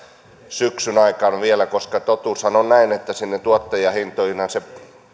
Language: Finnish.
syksyn aikana vielä koska totuushan on että sinne tuottajahintoihinhan se korotus